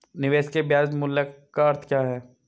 निवेश के ब्याज मूल्य का अर्थ क्या है?